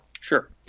Sure